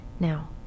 Now